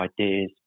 ideas